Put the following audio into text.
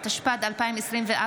התשפ"ד 2024,